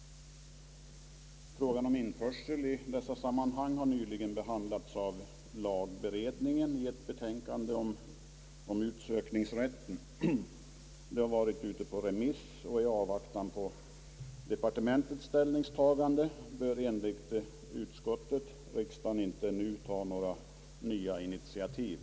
Frågan om införsel i detta sammanhang har nyligen behandlats av lagberedningen i ett betänkande om utsökningsrätten. Det har varit ute på remiss, och i avvaktan på departementets ställningstagande bör riksdagen enligt utskottets mening inte nu ta några nya initiativ.